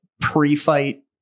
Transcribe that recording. pre-fight